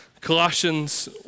Colossians